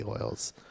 oils